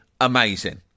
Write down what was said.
amazing